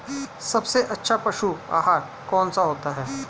सबसे अच्छा पशु आहार कौन सा होता है?